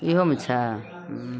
इहोमे छै उँ